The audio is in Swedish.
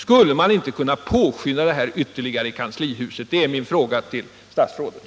Skulle man inte kunna påskynda detta ytterligare i kanslihuset? Det är min fråga till statsrådet.